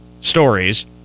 stories